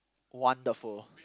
wonderful